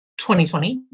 2020